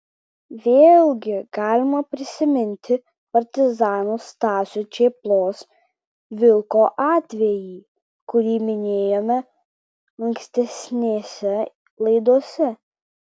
vėlgi galima prisiminti partizano stasio čėplos vilko atvejį kurį minėjome ankstesnėse laidose